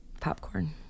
Popcorn